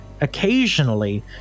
occasionally